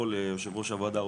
יושבת-ראש הוועדה,